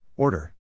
Order